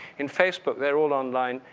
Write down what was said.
in facebook, they're all online,